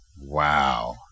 Wow